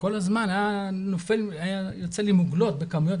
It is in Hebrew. כל הזמן היו יוצאות לי מוגלות בכמויות,